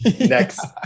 next